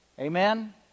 Amen